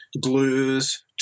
glues